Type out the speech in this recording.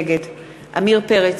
נגד עמיר פרץ,